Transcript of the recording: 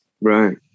Right